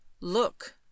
Look